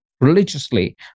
religiously